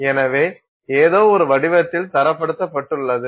எனவே இது ஏதோ ஒரு வடிவத்தில் தரப்படுத்தப்பட்டுள்ளது